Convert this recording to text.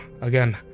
again